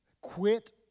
Quit